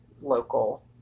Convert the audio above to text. local